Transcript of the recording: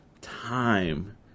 time